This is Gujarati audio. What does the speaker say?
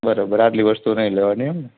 બરાબર આટલી વસ્તુ નહીં લેવાની એમ ને